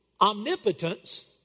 omnipotence